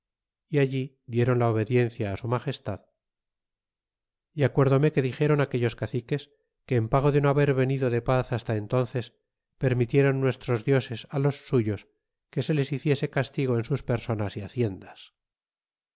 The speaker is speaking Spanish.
y allí dieron la obediencia su magestad y acuérdome que dixéron aquellos caciques que en pago de no haber venido de paz hasta entónces permitiéron nuestros dioses los suyos que se